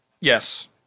Yes